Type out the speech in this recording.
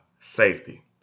safety